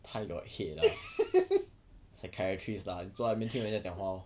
tai your head lah psychiatrist lah 你坐在那边听人家讲话